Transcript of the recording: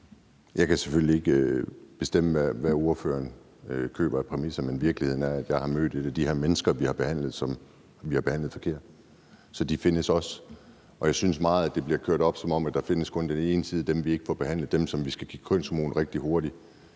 det. Jeg kan selvfølgelig ikke bestemme, hvad ordføreren køber af præmisser, men virkeligheden er, at jeg har mødt et af de her mennesker, vi har behandlet forkert. Så de findes også. Og jeg synes meget, at det bliver kørt op, som om der kun findes den ene side, dem, vi ikke får behandlet, dem, som vi skal give kønshormoner rigtig hurtigt.